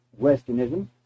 Westernism